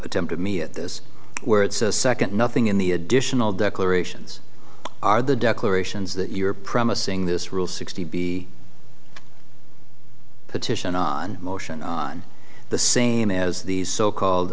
attempt of me at this word so second nothing in the additional declarations are the declarations that you're promising this rule sixty b petition on motion on the same as these so called